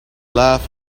laugh